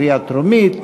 קריאה טרומית.